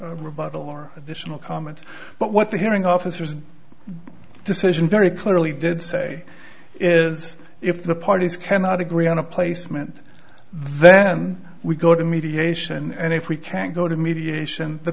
or additional comment but what the hearing officer decision very clearly did say is if the parties cannot agree on a placement then we go to mediation and if we can go to mediation the